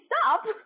stop